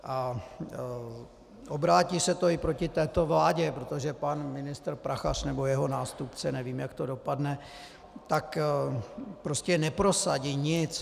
A obrátí se to i proti této vládě, protože pan ministr Prachař nebo jeho nástupce, nevím, jak to dopadne, neprosadí nic.